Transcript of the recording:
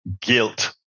guilt